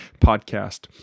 podcast